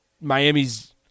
Miami's